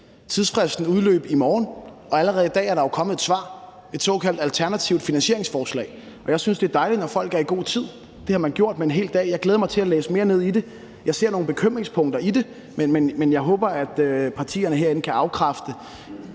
Tidsfristen udløber i morgen, og allerede i dag er der jo kommet et svar – et såkaldt alternativt finansieringsforslag. Og jeg synes, det er dejligt, når folk er i god tid, og det er man med en hel dag. Jeg glæder mig til at læse mere ned i det. Jeg ser nogle bekymringspunkter i det, men jeg håber, at partierne herinde kan afkræfte